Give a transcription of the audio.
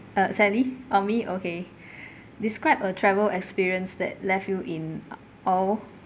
uh sally or me okay describe a travel experience that left you in awe